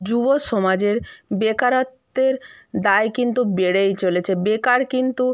যুব সমাজের বেকারত্বের দায় কিন্তু বেড়েই চলেছে বেকার কিন্তু